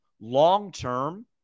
long-term